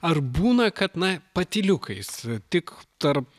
ar būna kad na patyliukais tik tarp